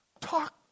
Talk